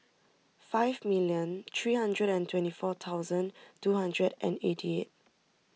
five million three hundred and twenty four thousand two hundred and eighty eight